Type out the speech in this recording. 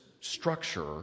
structure